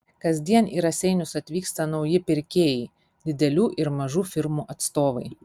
kasdien į raseinius atvyksta nauji pirkėjai didelių ir mažų firmų atstovai